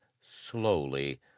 slowly